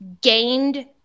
gained